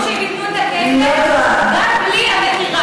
הם אמרו שהם ייתנו את הכסף גם בלי המכירה.